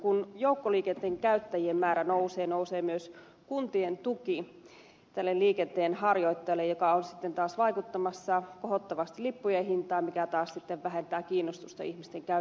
kun joukkoliikenteen käyttäjien määrä nousee nousee myös kuntien tuki tälle liikenteenharjoittajalle mikä on sitten taas vaikuttamassa kohottavasti lippujen hintaan mikä taas sitten vähentää ihmisten kiinnostusta käyttää näitä joukkoliikennevälineitä